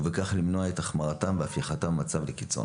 ובכך למנוע את החמרתם ואת הפיכתם למצבי קיצון.